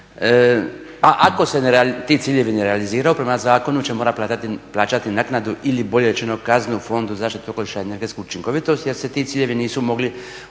A ako se ti ciljevi ne realiziraju prema zakonu će morati plaćati naknadu ili bolje rečeno kaznu Fondu za zaštitu okoliša i energetsku učinkovitost jer se ti ciljevi nisu mogli uspostaviti.